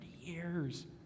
years